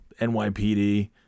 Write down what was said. NYPD